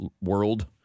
world